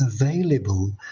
available